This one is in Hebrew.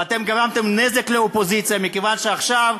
ואתם גרמתם נזק לאופוזיציה מכיוון שעכשיו,